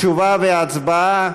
תשובה והצבעה.